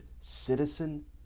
citizen